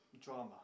drama